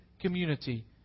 community